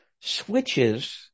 switches